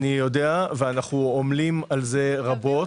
אני יודע ואנחנו עומלים על זה רבות.